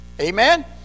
Amen